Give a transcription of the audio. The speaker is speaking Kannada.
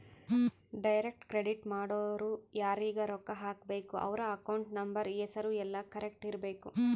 ಡೈರೆಕ್ಟ್ ಕ್ರೆಡಿಟ್ ಮಾಡೊರು ಯಾರೀಗ ರೊಕ್ಕ ಹಾಕಬೇಕು ಅವ್ರ ಅಕೌಂಟ್ ನಂಬರ್ ಹೆಸರು ಯೆಲ್ಲ ಕರೆಕ್ಟ್ ಇರಬೇಕು